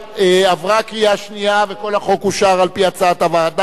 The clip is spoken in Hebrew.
עברה קריאה שנייה וכל החוק אושר על-פי הצעת הוועדה.